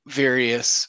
various